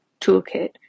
toolkit